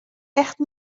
echt